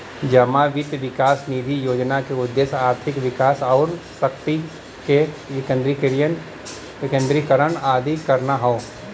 जमा वित्त विकास निधि योजना क उद्देश्य आर्थिक विकास आउर शक्ति क विकेन्द्रीकरण आदि करना हौ